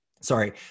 Sorry